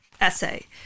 essay